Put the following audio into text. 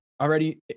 Already